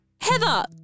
Heather